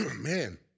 man